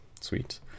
sweet